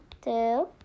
two